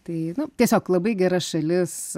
tai tiesiog labai gera šalis